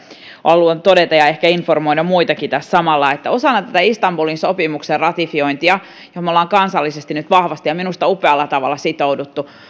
haluan todeta ja ehkä informoida muitakin tässä samalla että osana istanbulin sopimuksen ratifiointia johon me olemme kansallisesti nyt vahvasti ja minusta upealla tavalla sitoutuneet